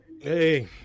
Hey